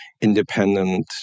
independent